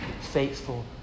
faithful